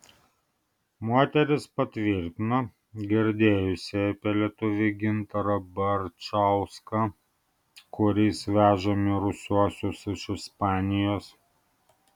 moteris patvirtino girdėjusi apie lietuvį gintarą barčauską kuris veža mirusiuosius iš ispanijos